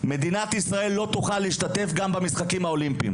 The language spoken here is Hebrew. מדינת ישראל לא תוכל להמשיך להשתתף גם בספורט האולימפי.